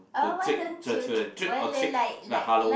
to trick children trick or trick like Halloween